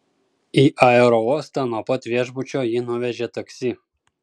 į aerouostą nuo pat viešbučio jį nuvežė taksi